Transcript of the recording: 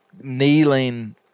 kneeling –